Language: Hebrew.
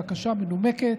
בקשה מנומקת,